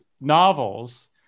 novels